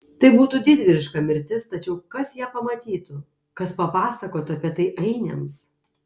tai būtų didvyriška mirtis tačiau kas ją pamatytų kas papasakotų apie tai ainiams